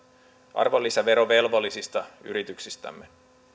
arvonlisäverovelvollisista yrityksistämme